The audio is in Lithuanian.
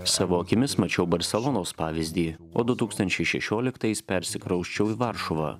savo akimis mačiau barselonos pavyzdį o du tūkstančiai šešioliktais persikrausčiau į varšuvą